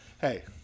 Hey